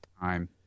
time